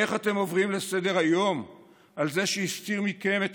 איך אתם עוברים לסדר-היום על זה שהסתיר מכם את